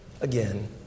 again